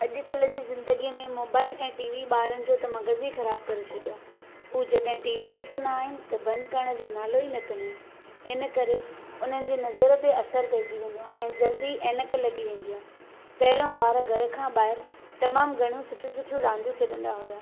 अॼुकल्ह जी ज़िंदगीअ में मोबाइल ऐं टी वी ॿारनि जो त मगज़ ई ख़राबु करे छॾियो आहे हू जॾहिं टी वी ॾिसंदा आहिनि त बंदि करण जो नालो ई न कंदा आहिनि इन करे उन्हनि जी नज़र ते असर पइजी वेंदो आहे ऐं जल्दी ऐनक लगी वेंदी आहे पहिरियों ॿार घर खां ॿाहिरि तमामु घणियूं सुठियूं सुठियूं रांदियूं खेॾन्दा हुआ